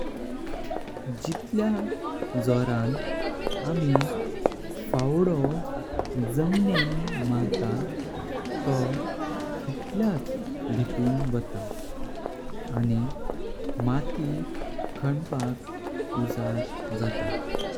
जितलेम जोरां आमी फावडो जामने मारता। तो तितल्याच भितून वाता आणी माटी खानपाक उजाड जाता।